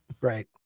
Right